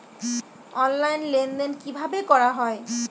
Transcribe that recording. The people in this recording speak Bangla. অনলাইন লেনদেন কিভাবে করা হয়?